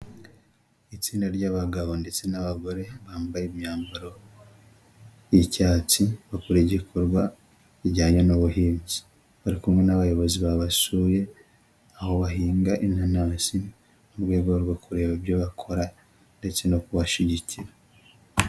Itsinda ry'abagabo ndetse n'abagore bambaye imyambaro y'icyatsi, bakora igikorwa kijyanye n'ubuhinzi, bari kumwe n'abayobozi babasuye aho bahinga inanasi mu rwego rwo kureba ibyo bakora ndetse no kubashigikira.